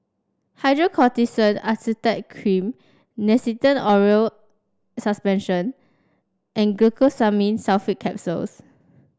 Hydrocortisone Acetate Cream Nystatin Oral Suspension and Glucosamine Sulfate Capsules